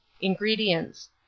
Ingredients